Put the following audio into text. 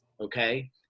Okay